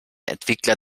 entwickler